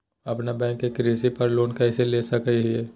अपना बैंक से कृषि पर लोन कैसे ले सकअ हियई?